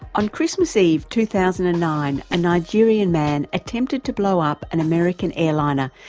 on christmas eve, two thousand and nine, a nigerian man attempted to blow up an american airliner,